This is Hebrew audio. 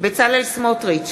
בצלאל סמוטריץ,